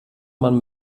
man